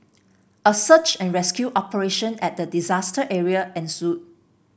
a search and rescue operation at the disaster area ensued